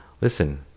Listen